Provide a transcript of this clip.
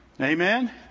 Amen